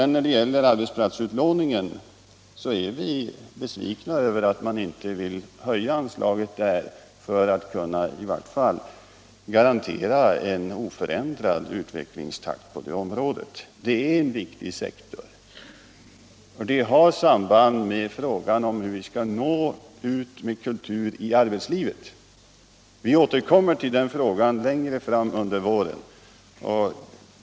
När det gäller arbetsplatsutlåningen är vi besvikna över att man inte vill höja anslaget för att kunna garantera en i varje fall oförändrad utvecklingstakt på det området. Det är en viktig sektor. Detta har samband med frågan, hur vi skall nå ut i arbetslivet med kulturen. Vi återkommer till den frågan längre fram under våren.